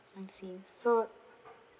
I see so